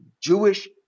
Jewish